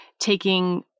taking